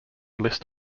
list